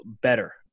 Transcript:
better